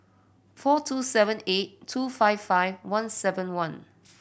four two seven eight two five five one seven one